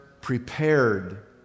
prepared